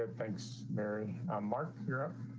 and thanks very mark europe.